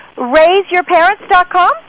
RaiseYourParents.com